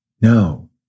no